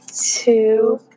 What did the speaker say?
two